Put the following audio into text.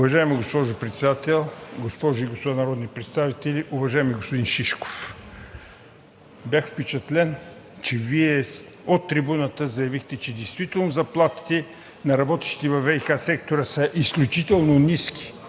Уважаема госпожо Председател, госпожи и господа народни представители! Уважаеми господин Шишков, бях впечатлен, че Вие от трибуната заявихте, че действително заплатите на работещите във ВиК сектора са изключително ниски